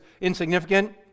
insignificant